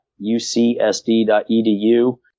ucsd.edu